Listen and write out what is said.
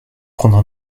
prendre